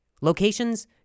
Locations